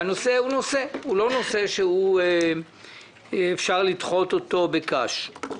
זה נושא שאי אפשר לדחות אותו בקש.